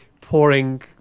pouring